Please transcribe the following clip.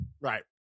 right